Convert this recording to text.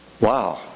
wow